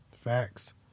Facts